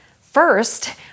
First